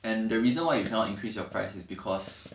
and the reason why you cannot increase your price is because